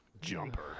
Jumper